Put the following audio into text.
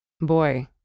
Boy